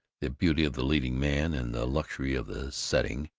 the beauty of the leading man, and the luxury of the setting,